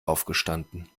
aufgestanden